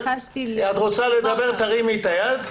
אז את רוצה לדבר, תרימי את היד.